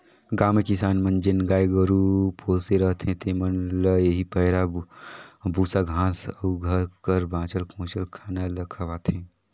गाँव में किसान मन जेन गाय गरू पोसे रहथें तेमन ल एही पैरा, बूसा, घांस अउ घर कर बांचल खोंचल खाना ल खवाथें